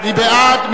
מי בעד?